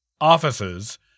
offices